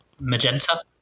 magenta